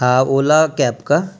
हा ओला कॅब का